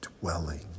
dwelling